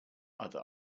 other